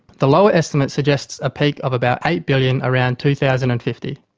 the lower estimate suggests a peak of about eight billion around two thousand and fifty.